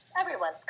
Everyone's